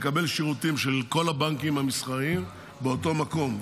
לקבל שירותים של כל הבנקים המסחריים באותו מקום,